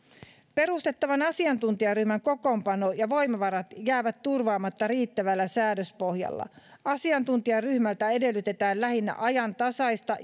perustettavan asiantuntijaryhmän kokoonpano ja voimavarat jäävät turvaamatta riittävällä säädöspohjalla asiantuntijaryhmältä edellytetään lähinnä ajantasaista